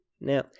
Now